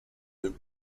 loop